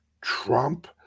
Trump